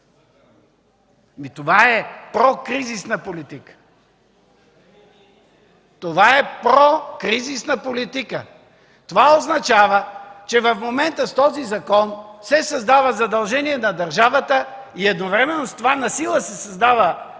еничари! ИВАН КОСТОВ: Това е прокризистна политика! Това означава, че в момента с този закон се създава задължение на държавата и едновременно с това насила се създава